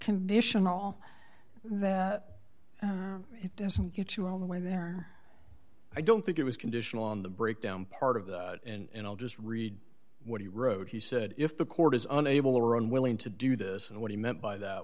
conditional that it doesn't get you all the way there i don't think it was conditional on the break down part of that and i'll just read what he wrote he said if the court is an able or unwilling to do this and what he meant by that